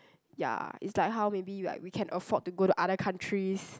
ya it's like how maybe like we can afford to go to other countries